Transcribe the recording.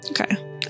Okay